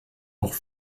noch